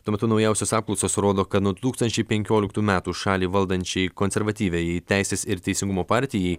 tuo metu naujausios apklausos rodo kad nuo du tūkstančiai penkioliktų metų šalį valdančiai konservatyviajai teisės ir teisingumo partijai